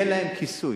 יהיה להם כיסוי.